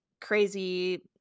crazy